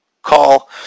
call